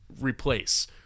replace